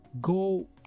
go